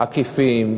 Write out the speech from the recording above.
עקיפים,